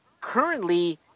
currently